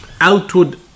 outward